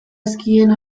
ezkien